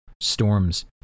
Storms